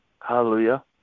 Hallelujah